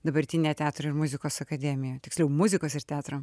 dabartinę teatro ir muzikos akademiją tiksliau muzikos ir teatro